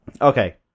Okay